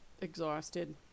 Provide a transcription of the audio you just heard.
exhausted